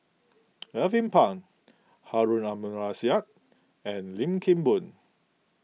Alvin Pang Harun Aminurrashid and Lim Kim Boon